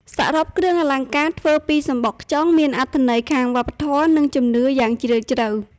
សរុប គ្រឿងអលង្ការធ្វើពីសំបកខ្យងមានអត្ថន័យខាងវប្បធម៌ និងជំនឿយ៉ាងជ្រាលជ្រៅ។